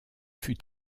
fut